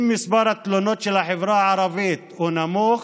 אם מספר התלונות של החברה הערבית הוא נמוך,